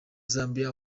zambia